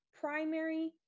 primary